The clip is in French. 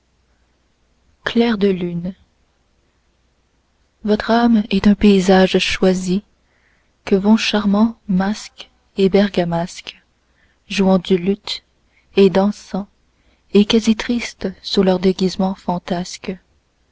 clair de lune votre âme est un paysage choisi que vont charmants masques et bergamasques jouant du luth et dansant et quasi tristes sous leurs déguisements fantasques